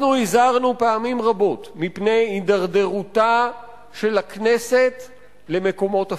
אנחנו הזהרנו פעמים רבות מפני הידרדרותה של הכנסת למקומות אפלים.